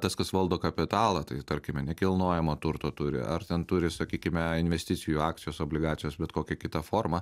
tas kas valdo kapitalą tai tarkime nekilnojamo turto turi ar ten turi sakykime investicijų akcijos obligacijos bet kokią kitą formą